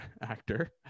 actor